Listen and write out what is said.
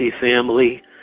family